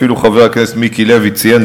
אפילו חבר הכנסת מיקי לוי ציין,